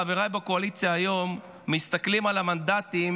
חבריי בקואליציה היום מסתכלים על המנדטים